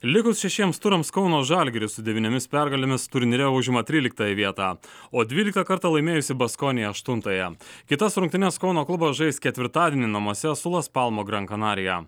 likus šešiems turams kauno žalgiris su devyniomis pergalėmis turnyre užima tryliktąją vietą o dvyliktą kartą laimėjusi baskonija aštuntąją kitas rungtynes kauno klubas žais ketvirtadienį namuose su las palmo gran kanarija